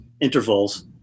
intervals